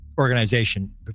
organization